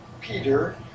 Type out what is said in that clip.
Peter